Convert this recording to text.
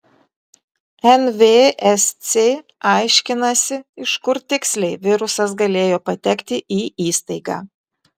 nvsc aiškinasi iš kur tiksliai virusas galėjo patekti į įstaigą